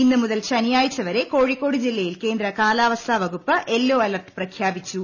ഇന്നു മുതൽ ശനിയാഴ്ച വരെ കോഴിക്കോട് ജില്ലയിൽ കേന്ദ്ര കാലാവസ്ഥ വകുപ്പ് യെല്ലോ അലർട്ട് പ്രഖ്യാപിച്ചു